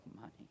money